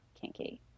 Kinky